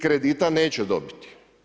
Kredita neće dobiti.